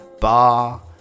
bar